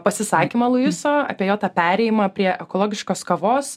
pasisakymą luiso apie jo tą perėjimą prie ekologiškos kavos